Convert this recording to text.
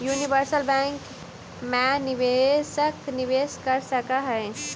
universal bank मैं निवेशक निवेश कर सकऽ हइ